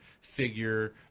figure